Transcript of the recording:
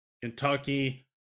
Kentucky